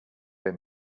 they